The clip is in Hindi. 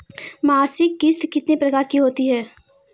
मासिक किश्त कितने प्रकार की होती है?